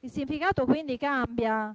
Il significato, quindi, cambia.